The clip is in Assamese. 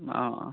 অ